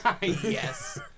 Yes